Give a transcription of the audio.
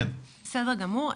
בסדר גמור.